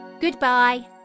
Goodbye